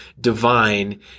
divine